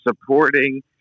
supporting